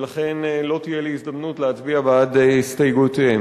ולכן לא תהיה לי הזדמנות להצביע בעד הסתייגויותיהם.